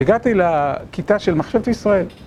הגעתי לכיתה של מחשבת ישראל